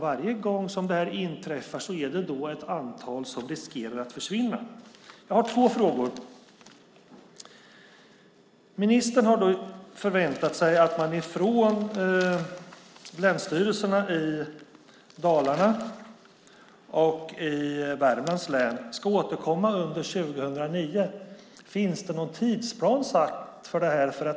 Varje gång som det här inträffar är det ett antal som riskerar att försvinna. Jag har två frågor. Ministern har förväntat sig att man från länsstyrelserna i Dalarnas och Värmlands län ska återkomma under 2009. Finns det någon tidsplan för det här?